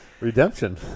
Redemption